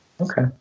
Okay